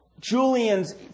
Julian's